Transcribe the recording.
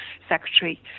secretary